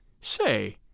Say